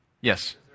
Yes